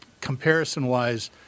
Comparison-wise